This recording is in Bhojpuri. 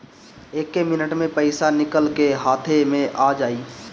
एक्के मिनट मे पईसा निकल के हाथे मे आ जाई